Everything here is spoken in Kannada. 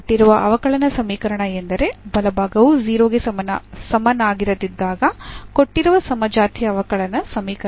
ಕೊಟ್ಟಿರುವ ಅವಕಲನ ಸಮೀಕರಣ ಎಂದರೆ ಬಲಭಾಗವು 0 ಗೆ ಸಮನಾಗಿರದಿದ್ದಾಗ ಕೊಟ್ಟಿರುವ ಸಮಜಾತೀಯ ಅವಕಲನ ಸಮೀಕರಣ